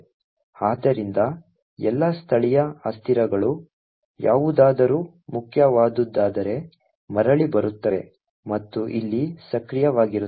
ಆದ್ದರಿಂದ ಎಲ್ಲಾ ಸ್ಥಳೀಯ ಅಸ್ಥಿರಗಳು ಯಾವುದಾದರೂ ಮುಖ್ಯವಾದುದಾದರೆ ಮರಳಿ ಬರುತ್ತವೆ ಮತ್ತು ಇಲ್ಲಿ ಸಕ್ರಿಯವಾಗಿರುತ್ತವೆ